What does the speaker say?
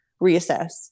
reassess